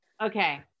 Okay